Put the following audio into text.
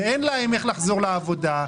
שאין להן איך לחזור לעבודה,